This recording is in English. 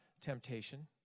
temptation